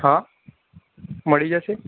હા મળી જશે